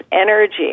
energy